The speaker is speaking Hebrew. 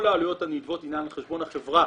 כל העלויות הנלוות הינן על חשבון החברה